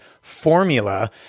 formula